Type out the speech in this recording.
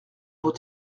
vos